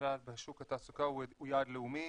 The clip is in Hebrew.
בכלל בשוק התעסוקה הוא יעד לאומי